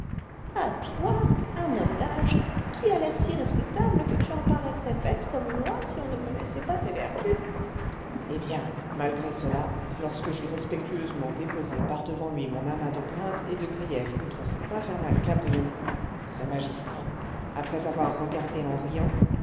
à toi un homme d'âge qui as l'air si respectable que tu en paraîtrais bête comme une oie si on ne connaissait pas tes vertus eh bien malgré cela lorsque j'eus respectueusement déposé par-devant lui mon amas de plaintes et de griefs contre cet infernal cabrion ce magistrat après avoir regardé en riant